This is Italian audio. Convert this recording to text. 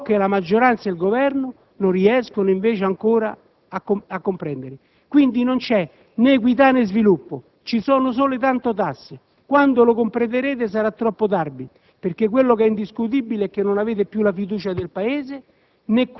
ciò che la maggioranza e il Governo non riescono invece ancora a comprendere. Quindi, non c'è né equità né sviluppo, ci sono solo tante tasse. Quando lo comprenderete sarà troppo tardi. Quello che è indiscutibile è che non avete più la fiducia del Paese: